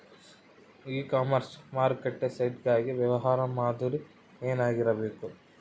E commerce ಮಾರುಕಟ್ಟೆ site ಗಾಗಿ ವ್ಯವಹಾರ ಮಾದರಿ ಏನಾಗಿರಬೇಕು?